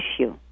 issue